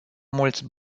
mulți